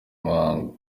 muhango